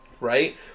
Right